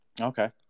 Okay